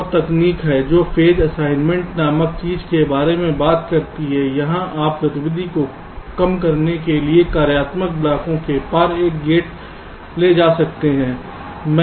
एक और तकनीक है जो फेज असाइनमेंट नामक चीज के बारे में बात करती है यहां आप गतिविधि को कम करने के लिए कार्यात्मक ब्लॉकों के पार एक गेट ले जा सकते हैं